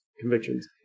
convictions